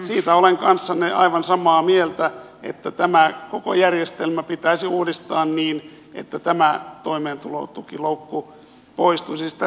siitä olen kanssanne aivan samaa mieltä että tämä koko järjestelmä pitäisi uudistaa niin että tämä toimeentulotukiloukku poistuisi